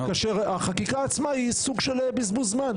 כאשר החקיקה עצמה היא סוג של בזבוז זמן.